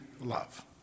love